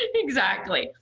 exactly,